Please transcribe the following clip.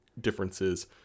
differences